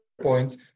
points